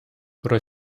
про